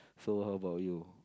so how about you